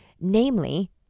Namely